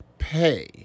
pay